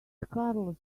carlos